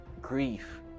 grief